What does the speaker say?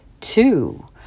two